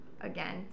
again